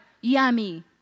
yummy